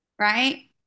Right